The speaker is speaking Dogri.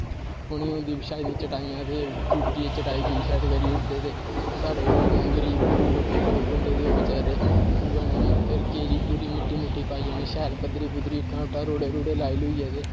उ'नें होंदियां बचाई दियां चटाइयां ते चुक्कियै चटाई दूई साइड करी ओड़दे ते साढ़े जेह्ड़े गरीब गरूब लोग होंदे ते ओह् केरी कूरी मिट्टी मुट्टी पाइयै शैल पद्धरी रोड़े रूड़े लाई लूइयै ते